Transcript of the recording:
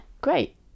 great